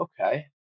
okay